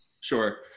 Sure